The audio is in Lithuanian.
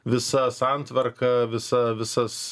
visa santvarka visa visas